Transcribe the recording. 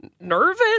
nervous